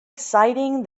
exciting